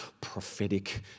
prophetic